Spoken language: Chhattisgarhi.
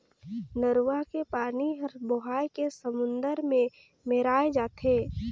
नरूवा के पानी हर बोहाए के समुन्दर मे मेराय जाथे